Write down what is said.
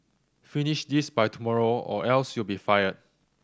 finish this by tomorrow or else you'll be fired